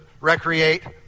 recreate